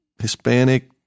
Hispanic